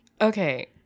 Okay